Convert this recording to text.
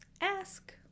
ask